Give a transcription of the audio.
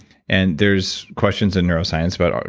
and there's questions in neuroscience about,